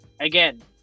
Again